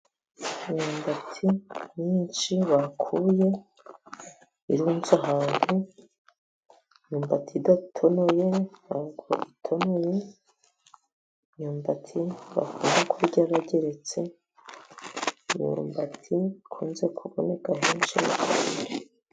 Inyumbati myinshi bakuye irunze ahantu, imyumbati idatonoye ntabwo itonoye, imyumbati bakunda kurya bageretse, imyumbati ikunze kuboneka henshi mu Rwanda.